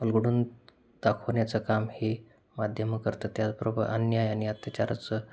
उलगडून दाखवण्याचं काम हे माध्यमं करतं त्याचबरोबर अन्याय आणि अत्याचारचं